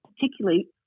particularly